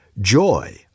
Joy